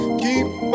keep